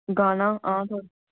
गाना